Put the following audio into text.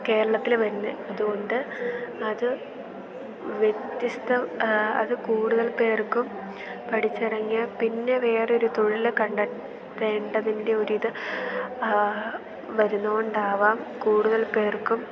കേരളത്തിൽ വരുന്നത് അതുകൊണ്ട് അത് വ്യത്യസ്ത അത് കൂടുതൽ പേർക്കും പഠിച്ചിറങ്ങിയ പിന്നെ വേറെ ഒരു തൊഴിൽ കണ്ടെത്തേണ്ടതിൻ്റെ ഒരു ഇത് വരുന്നത് കൊണ്ടാവാം കൂടുതൽ പേർക്കും